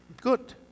Good